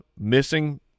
missing